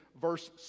verse